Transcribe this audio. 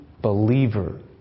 believer